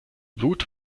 blut